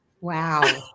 wow